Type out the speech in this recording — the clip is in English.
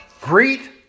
Greet